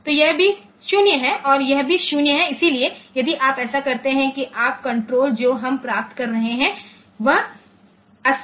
तो यह भी 0 है और यह भी 0 है इसलिए यदि आप ऐसा करते हैं कि आप कण्ट्रोल जो हम प्राप्त कर रहे हैं वह 80H है